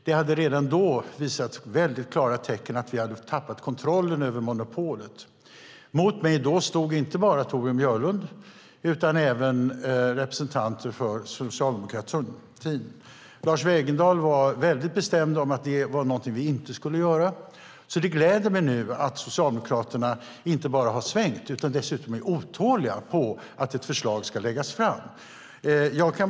Det hade redan då visats väldigt klara tecken på att vi hade tappat kontrollen över monopolet. Mot mig då stod inte bara Torbjörn Björlund utan även representanter för Socialdemokraterna. Lars Wegendal var väldigt bestämd om att det var någonting vi inte skulle göra. Det gläder mig nu att Socialdemokraterna inte bara har svängt utan dessutom är otåliga inför att ett förslag ska läggas fram.